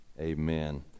amen